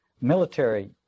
military